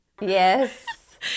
Yes